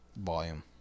volume